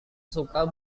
suka